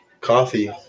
Coffee